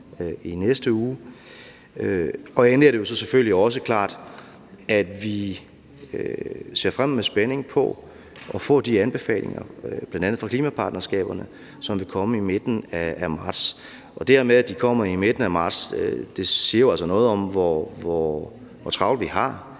i næste uge. For det andet er det jo også klart, at vi med spænding ser frem til at få de anbefalinger fra bl.a. klimapartnerskaberne, som vil komme i midten af marts. Og det, at de kommer i midten af marts, siger altså noget om, hvor travlt vi har